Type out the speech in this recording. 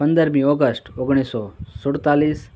પંદરમી ઑગસ્ટ ઓગણીસો સુડતાલીસ